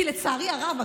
כי לצערי הרב,